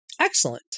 excellent